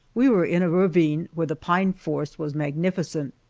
we were in a ravine where the pine forest was magnificent,